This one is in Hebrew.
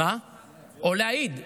או להעיד.